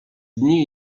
dni